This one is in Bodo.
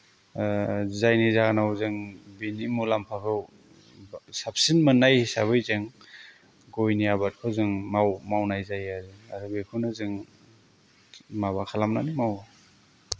जायनि जाहोनाव जों बिनि मुलाम्फाखौ साबसिन मोननाय हिसाबै जों गयनि आबादखौ जों मावनाय जायो आरो बेखौनो जों माबा खालामनानै मावो